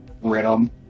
rhythm